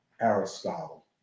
Aristotle